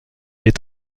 est